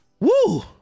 woo